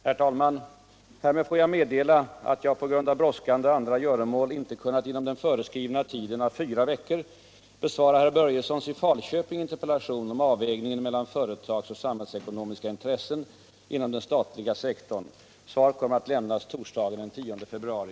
Herr talman! Härmed får jag meddela att jag på grund av brådskande andra göromål inte kunnat inom den föreskrivna tiden av fyra veckor besvara herr Börjessons i Falköping interpellation om avvägning mellan företagsekonomiska och samhällsekonomiska intressen inom den statliga sektorn. Svaret kommer att lämnas torsdagen den 10 februari.